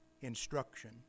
instruction